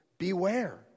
Beware